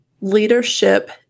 leadership